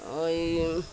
ওই